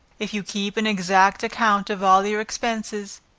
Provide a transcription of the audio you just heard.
if you keep an exact account of all your expenses,